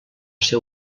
ser